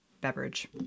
beverage